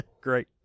great